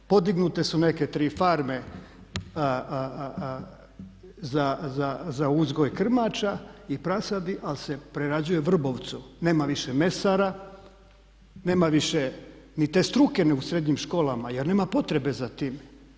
Podignute su neke tri farme za uzgoj krmača i prasadi, ali se prerađuje u Vrbovcu, nema više mesara, nema više ni te struke u srednjim školama, jer nema potrebe za tim.